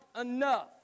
enough